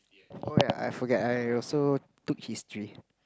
oh ya I forgot I also took history